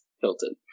Hilton